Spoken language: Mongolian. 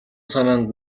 санаанд